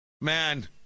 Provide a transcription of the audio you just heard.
Man